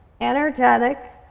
energetic